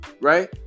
right